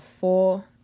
four